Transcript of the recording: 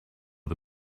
the